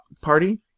Party